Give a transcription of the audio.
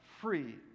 free